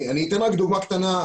אני אתן רק דוגמה קטנה.